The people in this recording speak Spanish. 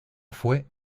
fue